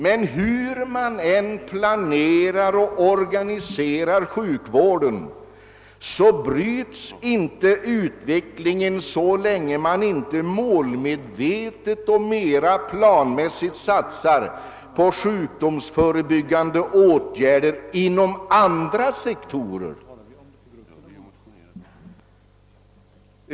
Men hur man än planerar och organiserar sjukvården bryts inte utvecklingen så länge man inte mera målmedvetet och planmässigt satsar på sjukdomsförebyggande åtgärder inom andra sektorer.